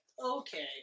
okay